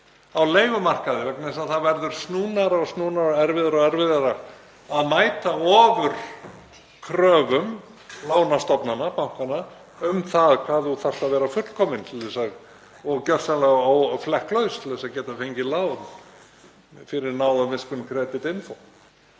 á leigumarkaði vegna þess að það verður snúnara og snúnara og erfiðara og erfiðara að mæta ofkröfum lánastofnana, bankanna, um það hvað maður þarf að vera fullkominn og gjörsamlega flekklaus til að geta fengið lán fyrir náð og miskunn Creditinfo.